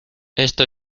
esto